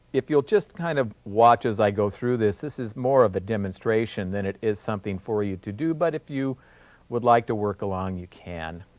if you'll just kind of watch as i go through this, this is more of a demonstration than it is something for you to do, but if you would like to work along, you can.